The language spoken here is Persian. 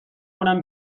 کنم